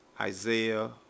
Isaiah